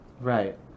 Right